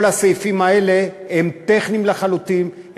כל הסעיפים האלה הם טכניים לחלוטין,